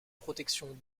protection